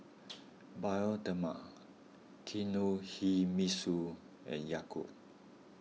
Bioderma Kinohimitsu and Yakult